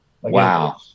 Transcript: Wow